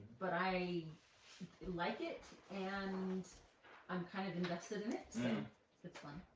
but i like it, and i'm kind of invested it's fun.